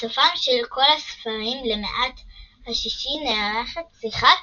בסופם של כל הספרים למעט השישי נערכת שיחת